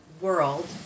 world